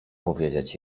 powiedzieć